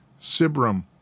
sibram